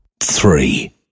Three